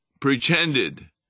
pretended